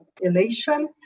elation